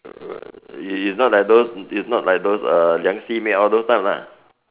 err it's it's not like those it's not like those uh 梁细妹 all those type lah